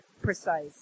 precise